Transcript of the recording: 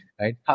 right